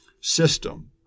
system